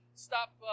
Stop